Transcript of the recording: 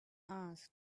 asked